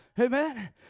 Amen